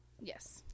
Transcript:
Yes